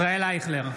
(קורא בשמות חברי הכנסת) ישראל אייכלר,